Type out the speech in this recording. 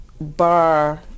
bar